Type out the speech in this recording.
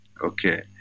Okay